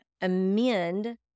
amend